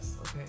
okay